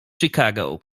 chicago